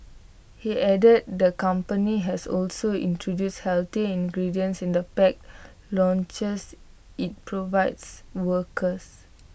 he added the company has also introduced healthier ingredients in the packed lunches IT provides workers